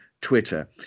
twitter